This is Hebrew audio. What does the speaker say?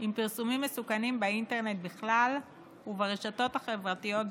עם פרסומים מסוכנים באינטרנט בכלל וברשתות החברתיות בפרט.